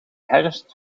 herfst